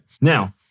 Now